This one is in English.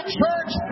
church